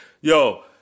Yo